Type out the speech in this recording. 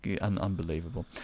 Unbelievable